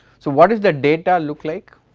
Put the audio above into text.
so what does the data look like?